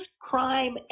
crime